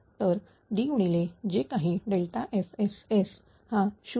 तरD गुणिले जे काही FSS हा 0